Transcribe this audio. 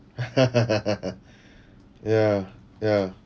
ya ya